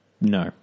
No